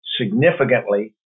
significantly